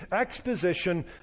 exposition